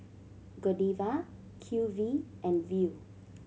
Godiva Q V and Viu